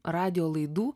radijo laidų